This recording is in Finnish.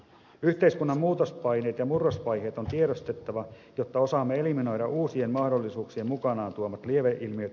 yhteiskunnan muutospaineet ja murrosvaiheet on tiedostettava jotta osaamme eliminoida uusien mahdollisuuksien mukanaan tuomat lieveilmiöt